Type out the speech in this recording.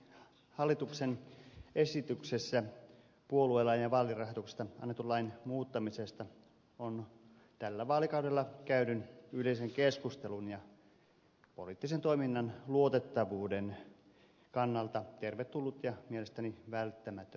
hallituksen esitys puoluelain ja vaalirahoituksesta annetun lain muuttamisesta on tällä vaalikaudella käydyn yleisen keskustelun ja poliittisen toiminnan luotettavuuden kannalta tervetullut ja mielestäni välttämätön asia